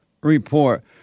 Report